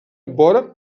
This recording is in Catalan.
vora